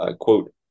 quote